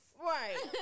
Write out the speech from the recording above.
Right